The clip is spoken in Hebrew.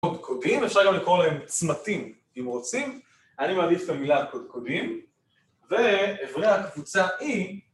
קודקודים, אפשר גם לקרוא להם צמתים אם רוצים, אני מעדיף את המילה קודקודים ואברי הקבוצה E